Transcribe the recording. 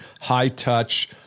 high-touch